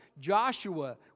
Joshua